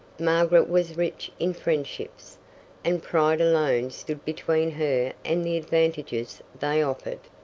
margaret was rich in friendships and pride alone stood between her and the advantages they offered.